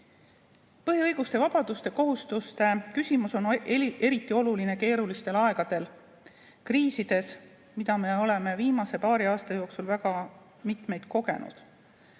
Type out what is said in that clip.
Põhiõiguste, ‑vabaduste ja kohustuste küsimus on eriti oluline keerulistel aegadel. Kriisides, mida me oleme viimase paari aasta jooksul väga mitmeid kogenud.